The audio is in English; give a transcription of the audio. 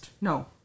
no